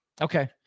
Okay